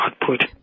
output